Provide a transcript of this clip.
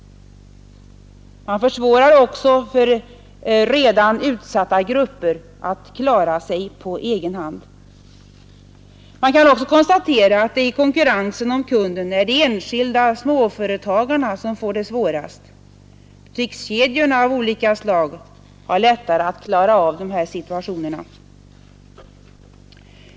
Man gör det också svårare för redan utsatta grupper att klara sig på egen hand. Det kan också konstateras att det i konkurrensen om kunden är de enskilda småföretagarna som får det besvärligast. Butikskedjor av olika slag klarar lättare dessa situationer.